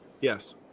Yes